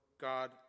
God